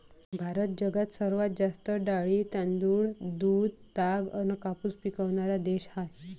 भारत जगात सर्वात जास्त डाळी, तांदूळ, दूध, ताग अन कापूस पिकवनारा देश हाय